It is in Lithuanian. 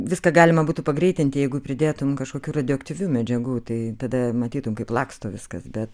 viską galima būtų pagreitinti jeigu pridėtum kažkokių radioaktyvių medžiagų tai tada matytum kaip laksto viskas bet